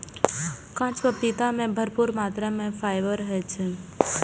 कांच पपीता मे भरपूर मात्रा मे फाइबर होइ छै